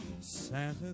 Santa